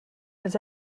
was